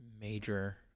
major